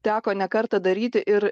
teko ne karta daryti ir